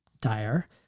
dire